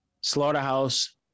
Slaughterhouse